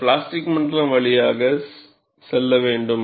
அந்த பிளாஸ்டிக் மண்டலம் வழியாக செல்ல வேண்டும்